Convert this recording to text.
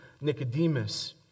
Nicodemus